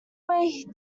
way